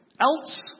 Else